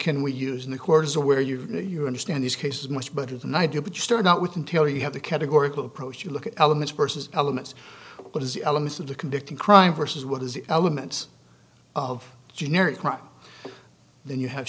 can we use in the course to where you know you understand these cases much better than i do but you start out with until you have the categorical approach you look at elements versus elements what is the elements of the convicting crime versus what is the elements of generic crime then you have